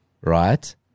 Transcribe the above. Right